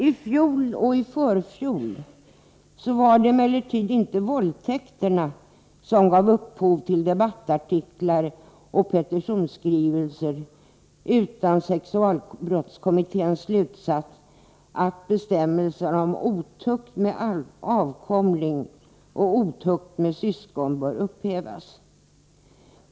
I fjol och i förfjol var det emellertid inte våldtäkterna som gav upphov till debattartiklar och petitionsskrivelser utan sexualbrottskommitténs slutsats att bestämmelserna om otukt med avkomling och otukt med syskon bör upphävas.